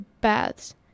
baths